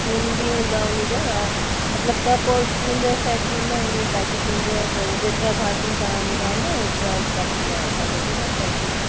spoon बि हूंदा उनजा मतिलब कप और स्पून जा सेट हूंदा आहिनि ईंअ पैकेट हूंदो आहे त जेतिरा भाती तव्हां ॿुधाईंदा त ओतिरा कप मां असां भेजे रखदासीं